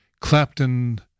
Clapton